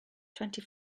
twenty